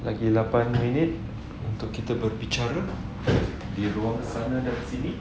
lagi lapan minit untuk kita berbicara di ruang sana dan sini